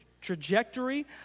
trajectory